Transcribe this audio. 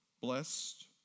blessed